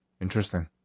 Interesting